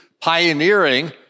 pioneering